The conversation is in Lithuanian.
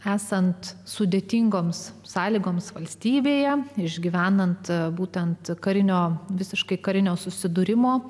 esant sudėtingoms sąlygoms valstybėje išgyvenant būtent karinio visiškai karinio susidūrimo